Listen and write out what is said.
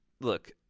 Look